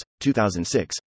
2006